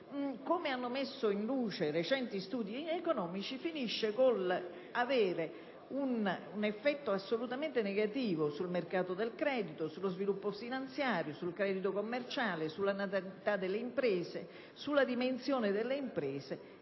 come messo in luce da recenti studi economici - finisce con l'avere un effetto negativo sul mercato del credito, sullo sviluppo finanziario, sul credito commerciale, sulla natalità e sulla dimensione delle imprese